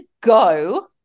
go